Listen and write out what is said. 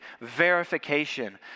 verification